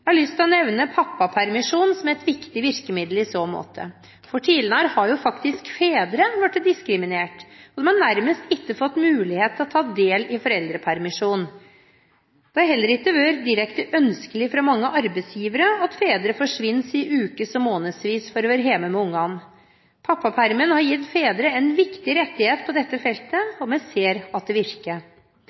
Jeg har lyst til å nevne pappapermisjonen som et viktig virkemiddel i så måte. Tidligere har fedre faktisk blitt diskriminert og nærmest ikke fått mulighet til å ta del i foreldrepermisjonen. Det har heller ikke vært direkte ønskelig fra mange arbeidsgivere at fedre forsvinner i ukes- og månedsvis for å være hjemme med ungene. Pappapermisjonen har gitt fedre en viktig rettighet på dette feltet, og vi ser at det virker.